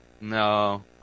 No